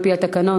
על-פי התקנון,